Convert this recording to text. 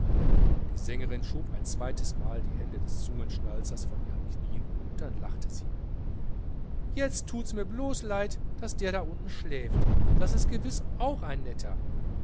die sängerin schob ein zweites mal die hände des zungenschnalzers von ihren knieen dann lachte sie jetzt thut mirs blos leid daß der da unten schläft das is gewiß auch ein netter